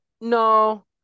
no